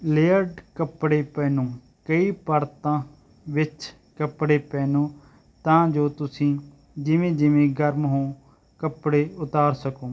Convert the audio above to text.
layered ਕੱਪੜੇ ਪਹਿਨੋ ਕਈ ਪਰਤਾਂ ਵਿੱਚ ਕੱਪੜੇ ਪਹਿਨੋ ਤਾਂ ਜੋ ਤੁਸੀਂ ਜਿਵੇਂ ਜਿਵੇਂ ਗਰਮ ਹੋਂ ਕੱਪੜੇ ਉਤਾਰ ਸਕੋ